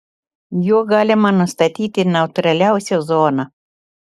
juo galima nustatyti neutraliausią zoną